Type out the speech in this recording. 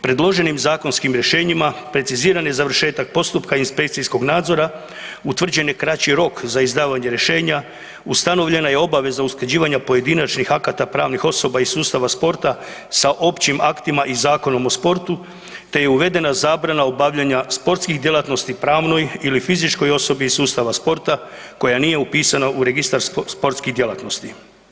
Predloženim zakonskim rješenjima preciziran je završetak postupka inspekcijskog nadzora, utvrđen je kraći rok za izdavanje rješenja, ustanovljena je obaveza usklađivanja pojedinačnih akata pravnih osoba iz sustava sporta sa općim aktima i Zakonom o sportu te je uvedena zabrana obavljanja sportskih djelatnosti pravnoj ili fizičkoj osobi iz sustava sporta koja nije upisana u registar sportskih djelatnosti.